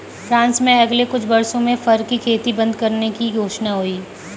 France में अगले कुछ वर्षों में फर की खेती बंद करने की घोषणा हुई है